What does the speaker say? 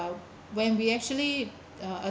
when we actually